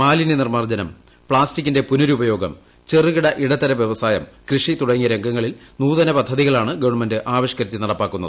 മാലിന്യ നിർമ്മാർജ്ജനം പ്ലാസ്റ്റിക്കിന്റെ പുനരുപയോഗം ചെറുകിട ഇടത്തരവൃവസായം കൃഷിതുടങ്ങിയരംഗങ്ങളിൽ നൂതന പദ്ധതികളാണ് ഗവൺമെന്റ്ആവഷ്കരിച്ച് നടപ്പാക്കുന്നത്